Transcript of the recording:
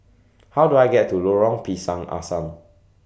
How Do I get to Lorong Pisang Asam